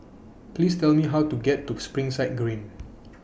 Please Tell Me How to get to Springside Green